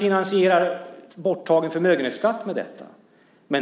finansierar borttagen förmögenhetsskatt med detta.